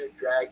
drag